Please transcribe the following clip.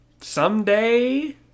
Someday